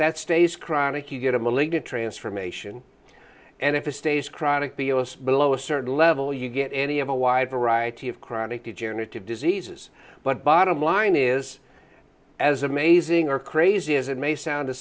that stays chronic you get a malignant transformation and if it stays chronic b o s below a certain level you get any of the wide variety of chronic degenerative diseases but bottom line is as amazing or crazy as it may sound to